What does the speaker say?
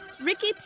Ricky